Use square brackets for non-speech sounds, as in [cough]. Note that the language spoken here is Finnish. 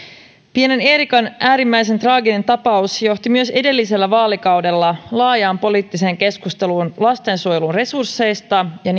pienen eerikan äärimmäisen traaginen tapaus johti myös edellisellä vaalikaudella laajaan poliittiseen keskusteluun lastensuojelun resursseista ja [unintelligible]